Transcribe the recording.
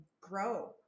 grow